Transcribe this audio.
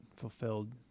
fulfilled